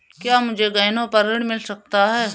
क्या मुझे गहनों पर ऋण मिल सकता है?